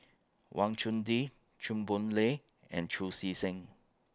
Wang Chunde Chew Boon Lay and Chu See Seng